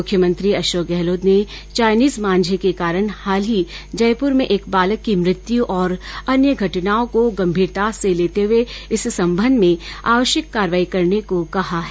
मुख्यमंत्री अशोक गहलोत ने चाइनीज मांझे के कारण हाल ही जयपुर में एक बालक की मृत्यु और अन्य घटनाओं को गम्भीरता से लेते हुए इस सम्बन्ध में आवश्यक कार्रवाई करने को कहा है